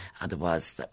Otherwise